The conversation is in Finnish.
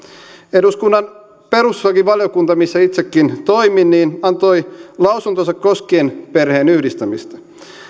eduskunnan perustuslakivaliokunta missä itsekin toimin antoi lausuntonsa koskien perheenyhdistämistä